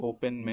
Open